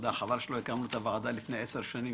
שלא הקמנו את הוועדה לפני 10 שנים,